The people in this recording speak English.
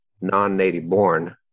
non-Native-born